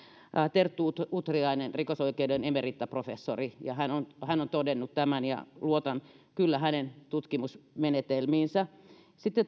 terttu utriainen rikosoikeuden emeritaprofessori ja hän on hän on todennut tämän ja luotan kyllä hänen tutkimusmenetelmiinsä sitten